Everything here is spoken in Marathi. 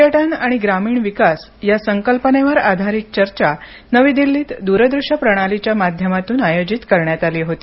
पर्यटन आणि ग्रामीण विकास या संकल्पनेवर आधारित चर्चा नवी दिल्लीत दूरदृश्य प्रणालीच्या माध्यमातून आयोजित करण्यात आली होती